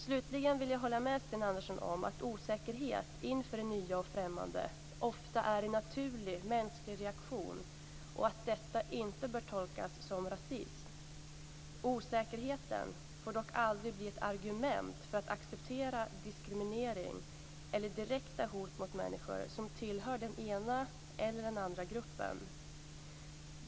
Slutligen vill jag hålla med Sten Andersson om att osäkerhet inför det nya och främmande ofta är en naturlig mänsklig reaktion och att detta inte bör tolkas som rasism. Osäkerheten får dock aldrig bli ett argument för att acceptera diskriminering eller direkta hot mot människor som tillhör den ena eller den andra gruppen.